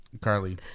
Carly